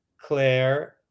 Claire